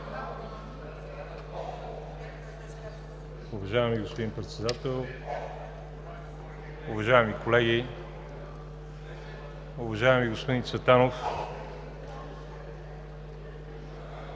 Уважаеми господин Председател, уважаеми колеги! Уважаеми господин Цветанов,